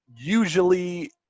usually